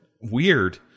weird